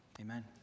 amen